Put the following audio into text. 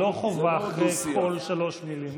לא חובה אחרי כל שלוש מילים.